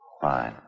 Fine